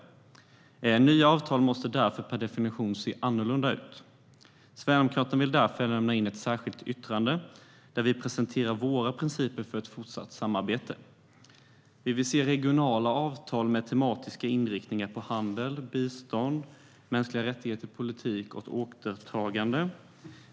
Nya avtal måste därför per definition se annorlunda ut. Sverigedemokraterna vill därför lämna in ett särskilt yttrande där vi presenterar våra principer för ett fortsatt samarbete. Vi vill se regionala avtal med tematiska inriktningar på handel, bistånd, mänskliga rättigheter, politik och återtagande.